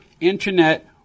internet